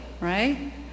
right